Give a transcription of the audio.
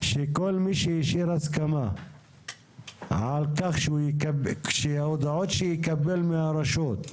שכל מי שאישר הסכמה על כך שהודעות שהוא יקבל מהרשות,